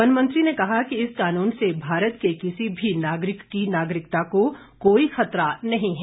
one मंत्री ने कहा कि इस कानून से भारत के किसी भी नागरिक की नागरिकता को कोई खतरा नहीं है